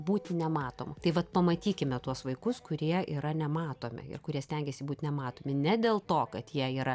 būti nematomu tai vat pamatykime tuos vaikus kurie yra nematomi ir kurie stengiasi būt nematomi ne dėl to kad jie yra